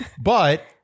But-